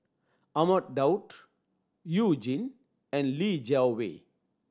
Ahmad Daud You Jin and Li Jiawei